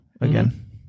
again